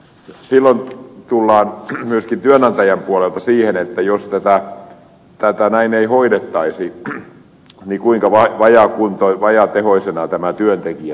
silloin tullaan myöskin työnantajan puolelta siihen että jos tätä ei näin hoidettaisi kuinka vajaatehoisena tämä työntekijä töissä olisi tämä on se toinen puoli